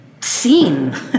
seen